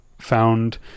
found